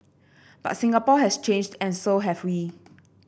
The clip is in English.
but Singapore has changed and so have we